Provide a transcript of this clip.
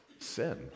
Sin